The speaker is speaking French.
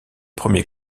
premier